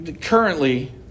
Currently